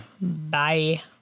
bye